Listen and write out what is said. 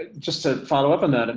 ah just to follow up on that, and